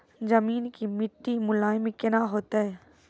जमीन के मिट्टी मुलायम केना होतै?